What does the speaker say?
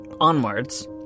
onwards